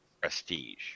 prestige